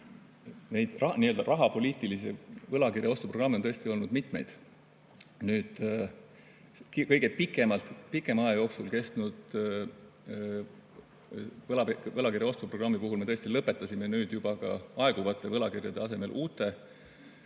rahapoliitilisi võlakirjade ostu programme on tõesti olnud mitmeid. Kõige pikema aja jooksul kestnud ostuprogrammi puhul me tõesti lõpetasime nüüd juba ka aeguvate võlakirjade asemele uute